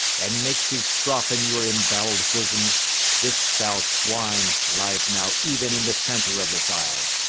and makes his trough in your embowell'd bosoms this foul swine lies now even in the centre of this isle,